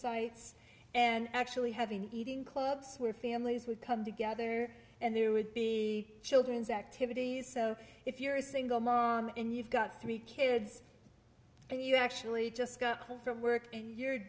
sites and actually having eating clubs where families would come together and there would be children's activities so if you're a single mom and you've got three kids and you actually just got home from work